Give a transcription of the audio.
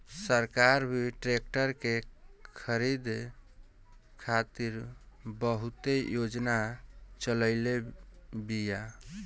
सरकार भी ट्रेक्टर के खरीद खातिर बहुते योजना चलईले बिया